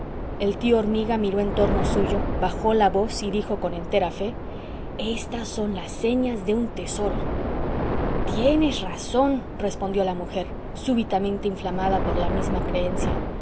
el tío hormiga miró en torno suyo bajó la voz y dijo con entera fe estas son las señas de un tesoro tienes razón respondió la mujer súbitamente inflamada por la misma creencia